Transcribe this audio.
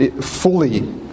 fully